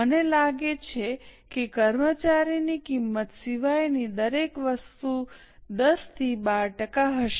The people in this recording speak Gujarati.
મને લાગે છે કે કર્મચારીની કિંમત સિવાયની દરેક વસ્તુ 10 થી 12 ટકા હશે